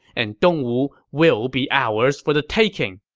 and dongwu will be ours for the taking.